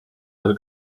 her